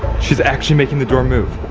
she actually making the door move.